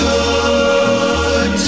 good